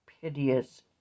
piteous